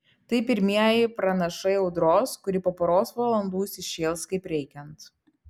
tai pirmieji pranašai audros kuri po poros valandų įsišėls kaip reikiant